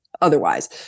otherwise